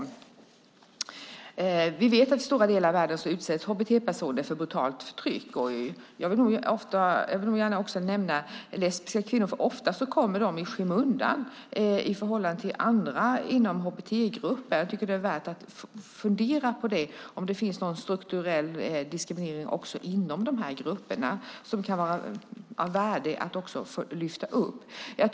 Vi vet att hbt-personer i stora delar av världen utsätts för brutalt förtryck. Jag vill gärna nämna lesbiska kvinnor eftersom de ofta kommer i skymundan i förhållande till andra inom hbt-gruppen. Jag tycker att det är värt att fundera på om det finns någon strukturell diskriminering också inom denna grupp som det kan vara av värde att också lyfta fram.